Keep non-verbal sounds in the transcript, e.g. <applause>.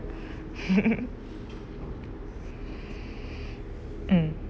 <laughs> <breath> mm